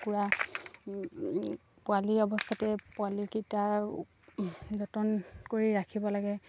কুকুৰা পোৱালিৰ অৱস্থাতে পোৱালিকেইটাও যতন কৰি ৰাখিব লাগে